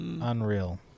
Unreal